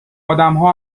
ادمها